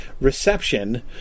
reception